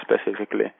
specifically